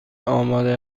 آماده